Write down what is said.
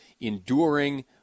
enduring